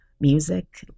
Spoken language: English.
music